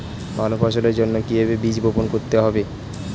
ভালো ফসলের জন্য কিভাবে বীজ বপন করতে হবে?